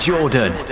Jordan